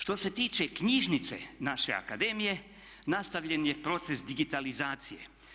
Što se tiče knjižnice naše akademije, nastavljen je proces digitalizacije.